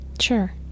Sure